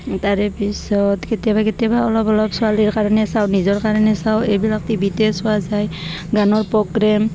তাৰেপিছত কেতিয়াবা কেতিয়াবা অলপ অলপ ছোৱালীৰ কাৰণে চাওঁ নিজৰ কাৰণে চাওঁ এইবিলাক টিভি তে চোৱা যায় গানৰ প্ৰগ্ৰেম